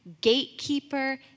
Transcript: gatekeeper